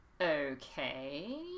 Okay